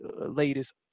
latest